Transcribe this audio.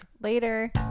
later